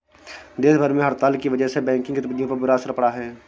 देश भर में हड़ताल की वजह से बैंकिंग गतिविधियों पर बुरा असर पड़ा है